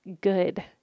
good